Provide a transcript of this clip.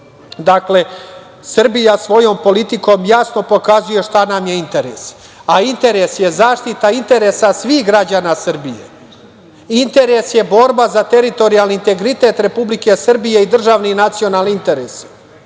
Dakle, Srbija svojom politikom jasno pokazuje šta nam je interes, a interes je zaštita interesa svih građana Srbije, i interes je borba za teritorijalni integritet Republike Srbije i državni nacionalni interes